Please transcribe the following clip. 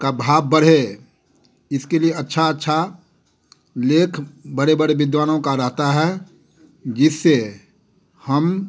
का भाव बढ़े इसके लिए अच्छा अच्छा लेख बड़े बड़े विद्वानों का रहता है जिससे हम